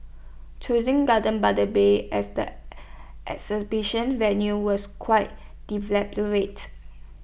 choosing gardens by the bay as the exhibition venue was quite deliberate